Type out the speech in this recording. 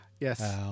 Yes